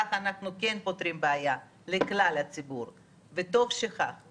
מכאן זו רק השאלה איך מיישמים את